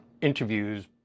interviews